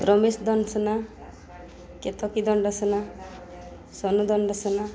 Ramesh Dandasena Ketaki Dandasena Sonu Dandasena